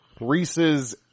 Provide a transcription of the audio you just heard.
Reese's